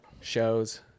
Shows